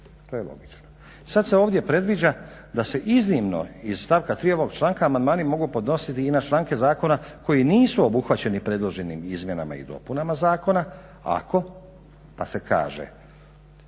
Zakona. Sad se ovdje predviđa da se iznimno iz stavka 3. ovog članka amandmani mogu podnositi i na članke zakona koji nisu obuhvaćeni predloženim izmjenama i dopunama zakona ako pa se kaže